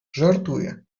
żartuje